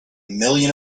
million